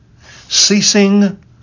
Ceasing